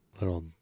Little